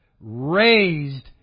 raised